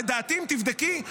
לדעתי אם תבדקי,